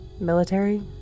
Military